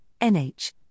NH